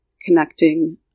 connecting